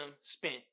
spent